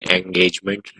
engagement